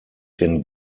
den